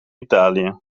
italië